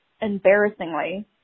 embarrassingly